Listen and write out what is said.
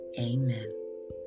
Amen